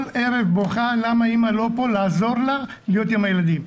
ערב בוכה למה אמא לא פה כדי לעזור לה להיות עם הילדים.